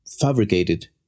fabricated